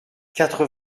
quatre